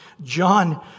John